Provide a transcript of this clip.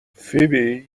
فیبی